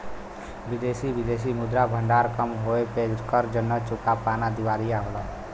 विदेशी विदेशी मुद्रा भंडार कम होये पे कर्ज न चुका पाना दिवालिया होला